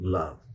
love